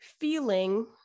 feeling